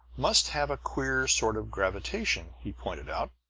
must have a queer sort of gravitation, he pointed out.